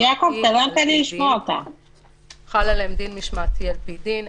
דין משמעתי על פי דין,